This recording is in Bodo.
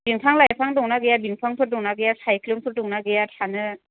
बिफां लायफां दं ना गैया बिफांफोर दंना गैया सायख्लुमफोर दं ना गैया थानो